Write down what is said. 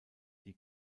die